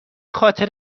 خاطر